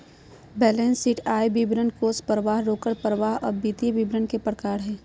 balance sheet, आय विवरण, कोष परवाह, रोकड़ परवाह सब वित्तीय विवरण के प्रकार हय